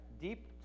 deep